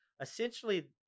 essentially